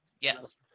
Yes